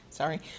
sorry